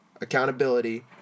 accountability